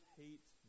hate